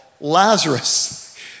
Lazarus